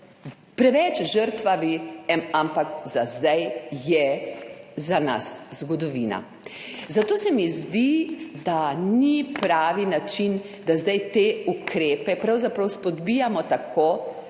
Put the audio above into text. preveč žrtvami, ampak za zdaj je za nas zgodovina. Zato se mi zdi, da ni pravi način, da zdaj te ukrepe pravzaprav izpodbijamo tako,